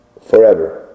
forever